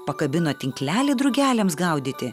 pakabino tinklelį drugeliams gaudyti